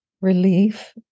Relief